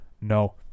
no